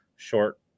Short